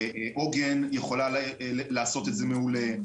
עוגן יכולה לעשות את זה מעולה.